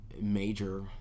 major